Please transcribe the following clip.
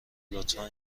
لطفا